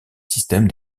système